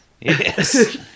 Yes